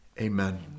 Amen